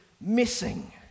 missing